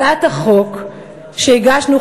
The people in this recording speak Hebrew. הצעת החוק שהגשנו,